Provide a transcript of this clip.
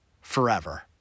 forever